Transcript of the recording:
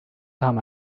kam